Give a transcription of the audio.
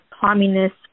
Communist